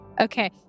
okay